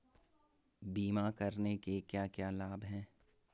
बीमा करने के क्या क्या लाभ हैं?